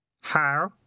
How